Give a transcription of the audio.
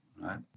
right